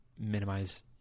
minimize